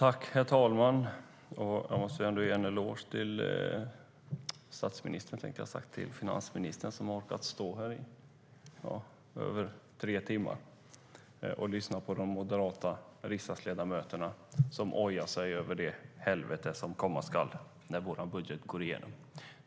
Herr talman! Jag måste ge en eloge till finansministern som har orkat stå här i snart tre timmar och lyssna på de moderata riksdagsledamöterna som ojar sig över det helvete som komma skall när vår budget går igenom.